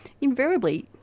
invariably